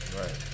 Right